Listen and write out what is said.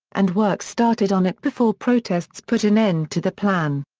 and work started on it before protests put an end to the plan.